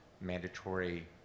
mandatory